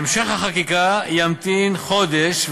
המשך החקיקה ימתין חודש,